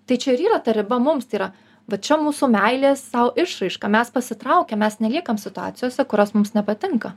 tai čia ir yra ta riba mums tai yra va čia mūsų meilės sau išraiška mes pasitraukėm mes neliekam situacijose kurios mums nepatinka